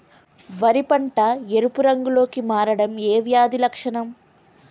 వరి పంట ఎరుపు రంగు లో కి మారడం ఏ వ్యాధి లక్షణం?